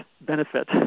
benefit